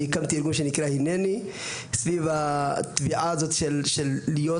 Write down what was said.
אני הקמתי ארגון שנקרא הנני סביב הטביעה הזאת של להיות